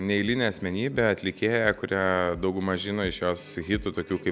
neeilinė asmenybė atlikėja kurią dauguma žino iš jos hitų tokių kaip